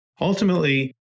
Ultimately